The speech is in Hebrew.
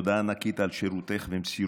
תודה ענקית על שירותך ומסירותך